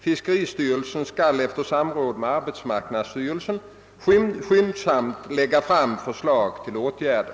Fiskeristyrelsen skall efter samråd med arbetsmarknadsstyrelsen skyndsamt lägga fram förslag till åtgärder.